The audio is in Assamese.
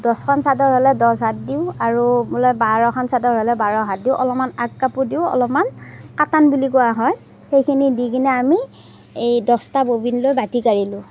দহখন চাদৰ হ'লে দহহাত দিওঁ আৰু বোলে বাৰখন চাদৰ হ'লে বাৰ হাত দিওঁ অলপমান আগ কাপোৰ দিওঁ অলপমান কাটাম বুলি কোৱা হয় সেইখিনি দিকেনে আমি এই দহটা ববিন লৈ বাতি কাৰিলোঁ